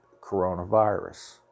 coronavirus